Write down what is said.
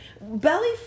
Belly